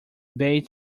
bay